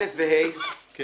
מה